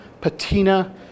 patina